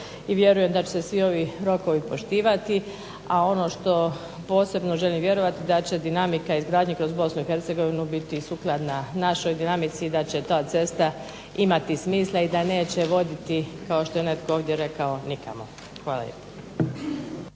i vjerujem da će se svi ovi rokovi poštivati, a ono što posebno želim vjerovati da će dinamika izgradnje kroz Bosnu i Hercegovinu biti sukladna našoj dinamici, i da će ta cesta imati smisla, i da neće voditi, kao što je netko ovdje rekao, nikamo. Hvala